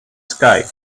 sky